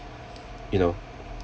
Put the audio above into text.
you know